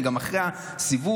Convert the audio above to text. אני גם אחרי הסיבוב,